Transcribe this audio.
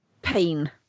pain